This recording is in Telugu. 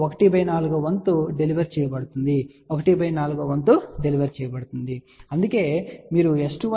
¼ వంతు డెలివర్ చేయబడుతుంది ¼ వంతు డెలివర్ చేయబడుతుంది మరియు అందుకే మీరు S21 S31 6 dB అని చూస్తారు సరే